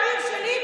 העיר שלי,